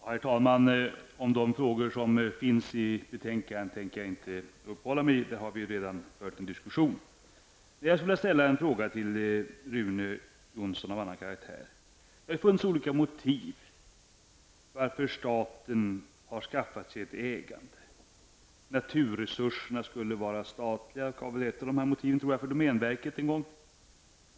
Herr talman! Om de frågor som finns i betänkandet tänker jag inte uppehålla mig vid. Där har vi redan fört en diskussion. Jag skulle vilja ställa en fråga till Rune Jonsson av annan karaktär. Det har funnits olika motiv till varför staten har skaffat sig ett ägande. Att naturresurser skulle vara statliga var väl ett av motiven för domänverket.